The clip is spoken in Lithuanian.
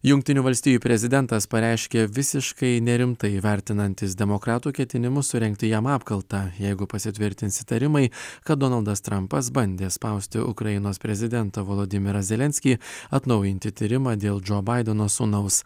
jungtinių valstijų prezidentas pareiškė visiškai nerimtai vertinantis demokratų ketinimus surengti jam apkaltą jeigu pasitvirtins įtarimai kad donaldas trampas bandė spausti ukrainos prezidentą volodymyrą zelenskį atnaujinti tyrimą dėl džo baideno nuo sūnaus